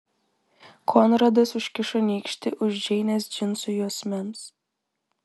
konradas užkišo nykštį už džeinės džinsų juosmens